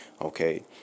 okay